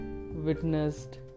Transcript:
witnessed